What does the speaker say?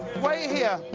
wait here.